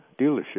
dealership